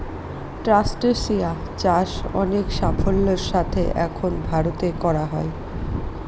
ট্রাস্টেসিয়া চাষ অনেক সাফল্যের সাথে এখন ভারতে করা হয়